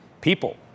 People